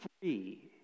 free